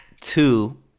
Two